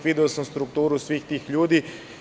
Video sam strukturu svih tih ljudi.